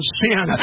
sin